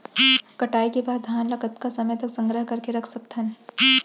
कटाई के बाद धान ला कतका समय तक संग्रह करके रख सकथन?